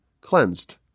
cleansed